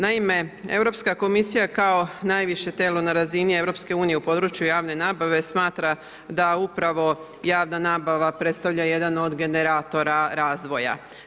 Naime Europska komisija, kao najviše tijelo na razini EU u području javne nabave smatra da upravo javna nabava predstavlja jedan od generatora razvoja.